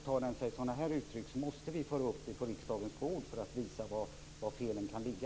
Tar det sig sådana här uttryck måste vi för att visa var felen ligger föra upp frågan på riksdagens bord.